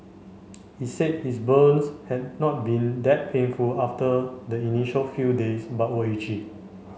he said his burns had not been that painful after the initial few days but were itchy